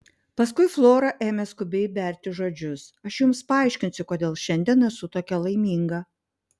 paskui flora ėmė skubiai berti žodžius aš jums paaiškinsiu kodėl šiandien esu tokia laiminga